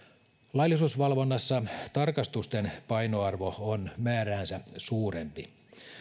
laillisuusvalvonnassa tarkastusten painoarvo on määräänsä suurempi